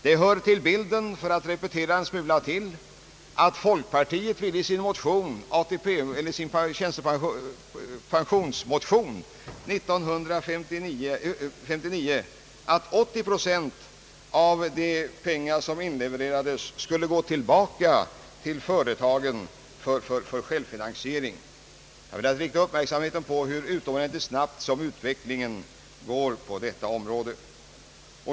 Det hör till bilden — för att repetera en smula till — att folkpartiet i sin tjänstepensionsmotion år 1959 ville att 80 procent av de pengar som inlevererades skulle gå tillbaka till företagen för självfinansiering. Jag vill rikta uppmärksamheten på hur utomordentligt snabbt utvecklingen går på detta område.